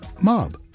mob